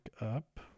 up